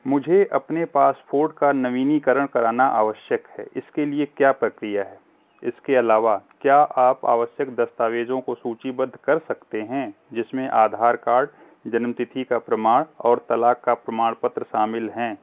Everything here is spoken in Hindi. मुझे अपने पासपोर्ट का नवीनीकरण कराना आवश्यक है इसके लिए क्या प्रक्रिया हे इसके अलावा क्या आप आवश्यक दस्तावेज़ों को सूचीबद्ध कर सकते हैं जिसमें आधार कार्ड जन्म तिथि का प्रमाण और तलाक का प्रमाण पत्र शामिल हैं